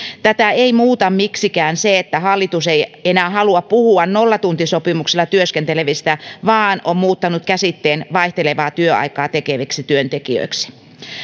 tätä ei muuta miksikään se että hallitus ei enää halua puhua nollatuntisopimuksella työskentelevistä vaan on muuttanut käsitteen vaihtelevaa työaikaa tekeviksi työntekijöiksi